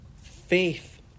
Faith